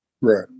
Right